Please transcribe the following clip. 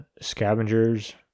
scavengers